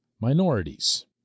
minorities